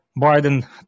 Biden